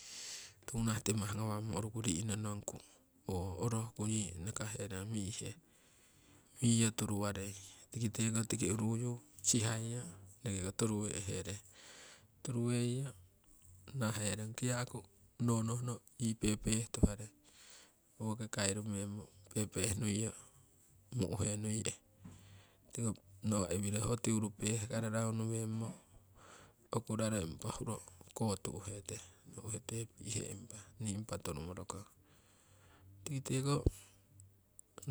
toku nah timah ngawamo uruku ri'nonongku orohku yii nakaherong mi'he miyo turu warei tiki teko tiki uruyu sihaiyo enekeko turu weeherong, turu weiyo nahahe rong kiyaku nonohno yii peh tuharei. Woki kairu meemo pehpeh nuiyo mi'hee nuiye nawa' iwiro ho tiuru peh karo raunu weemo, okuraro impa huro kotu'hete noku'he tee re impa ping nii impa turu morokong tiki teko